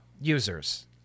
users